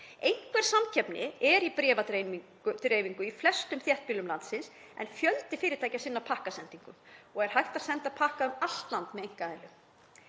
Einhver samkeppni er í bréfdreifingu í flestum þéttbýlum landsins en fjöldi fyrirtækja sinnir pakkasendingum og er hægt að senda pakka um allt land með einkaaðilum.